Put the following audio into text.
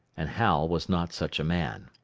and hal was not such a man.